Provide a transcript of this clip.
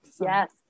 Yes